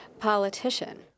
politician